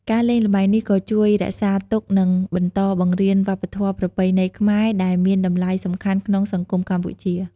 ការលេងល្បែងនេះក៏ជួយរក្សាទុក និងបន្តបង្រៀនវប្បធម៌ប្រពៃណីខ្មែរ ដែលមានតម្លៃសំខាន់ក្នុងសង្គមកម្ពុជា។